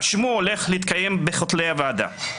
השימוע הולך להתקיים בכותלי הוועדה.